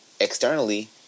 externally